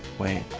wait